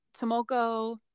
tomoko